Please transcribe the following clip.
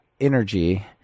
energy